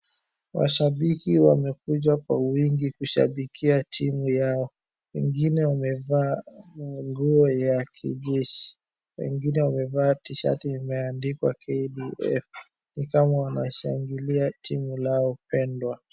Washabiki wamekuja kwa wingi kushabikia timu yao. Wengine wamevaa nguo ya kijeshi. Wengine wamevaa tishati imeandikwa KDF, ni kama wanashangilia timu lao pendwa.